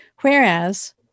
Whereas